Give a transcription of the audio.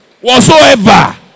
Whatsoever